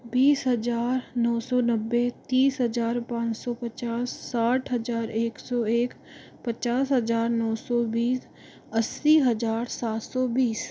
बीस हज़ार नौ सौ नब्बे तीस हज़ार पाँच सौ पचास साठ हज़ार एक सौ एक पचास हज़ार नौ सौ बीस अस्सी हज़ार सात सौ बीस